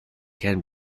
can